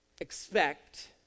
expect